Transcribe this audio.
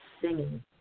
singing